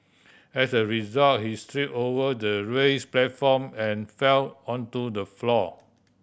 as a result she trip over the raise platform and fell onto the floor